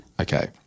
Okay